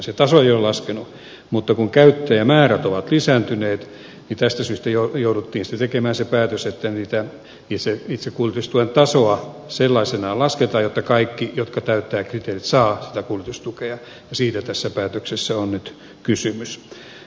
se taso ei ole laskenut mutta kun käyttäjämäärät ovat lisääntyneet niin tästä syystä jouduttiin tekemään se päätös että itse kuljetustuen tasoa sellaisenaan lasketaan jotta kaikki jotka täyttävät kriteerit saavat kuljetustukea ja siitä tässä päätöksessä on nyt kysymys